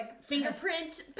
fingerprint